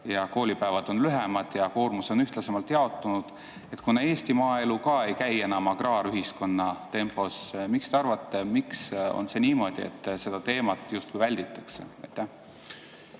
Koolipäevad on lühemad ja koormus on ühtlasemalt jaotunud. Kuna Eesti maaelu ei käi enam agraarühiskonna tempos, mis te arvate, miks on see niimoodi, et seda teemat justkui välditakse?